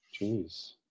Jeez